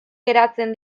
geratzen